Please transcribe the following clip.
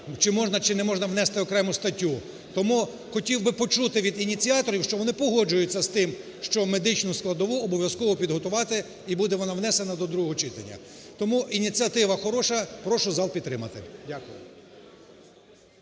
чи можна, чи не можна внести окрему статтю. Тому хотів би почути від ініціаторів, що вони погоджуються з тим, що медичну складову обов'язково підготувати, і буде вона внесена до другого читання. Тому ініціатива хороша. Прошу зал підтримати. Дякую.